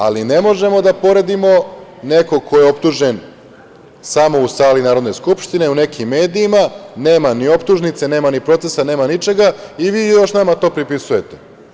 Ali, ne možemo da poredimo nekog ko je optužen samo u sali Narodne skupštine, u nekim medijima, nema ni optužnice, nema ni procesa, nema ničega, i vi još nama to pripisujete.